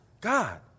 God